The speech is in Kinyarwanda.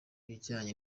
ibijyanye